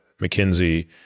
McKinsey